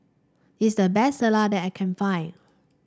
this the best Salsa that I can find